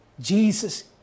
Jesus